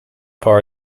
part